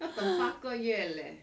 要等八个月 leh